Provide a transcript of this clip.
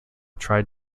tried